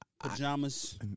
Pajamas